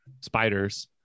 spiders